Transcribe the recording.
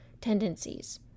tendencies